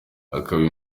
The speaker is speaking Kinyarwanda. akaba